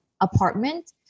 apartment